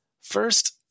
First